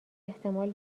احتمال